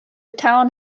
town